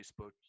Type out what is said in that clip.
facebook